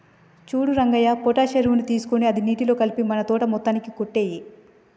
సూడు రంగయ్య పొటాష్ ఎరువుని తీసుకొని అది నీటిలో కలిపి మన తోట మొత్తానికి కొట్టేయి